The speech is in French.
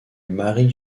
marie